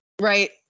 Right